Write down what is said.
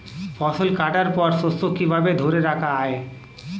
ফসল কাটার পর শস্য কিভাবে ধরে রাখা য়ায়?